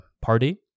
party